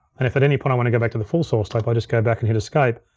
and if at any point i wanna go back to the full source tape, i just go back and hit escape,